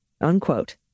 unquote